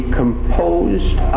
composed